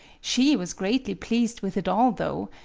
she was greatly pleased with it all, though,